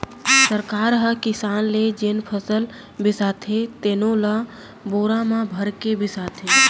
सरकार ह किसान ले जेन फसल बिसाथे तेनो ल बोरा म भरके बिसाथे